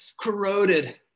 corroded